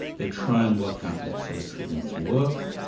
they try and work out what sort of treatments work,